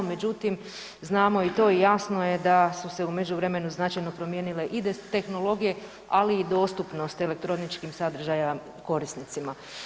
Međutim, znamo i to i jasno je da su se u međuvremenu značajno promijenile i tehnologije, ali i dostupnost elektroničkih sadržaja korisnicima.